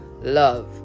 love